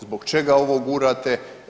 Zbog čega ovo gurate?